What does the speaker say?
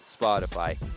spotify